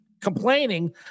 complaining